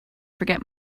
forget